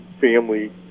family